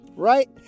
Right